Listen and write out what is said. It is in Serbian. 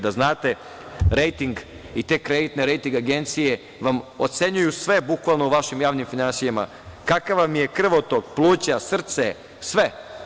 Da znate, rejting i te kreditne rejting agencije vam ocenjuju sve bukvalno u vašim javnim finansijama, kakav vam je krvotok, pluća, srce, sve.